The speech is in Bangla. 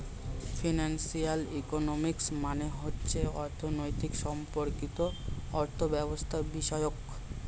ফিনান্সিয়াল ইকোনমিক্স মানে হচ্ছে অর্থনীতি সম্পর্কিত অর্থব্যবস্থাবিষয়ক